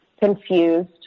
confused